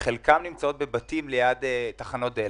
שחלקם נמצאים בבתים ליד תחנות דלק,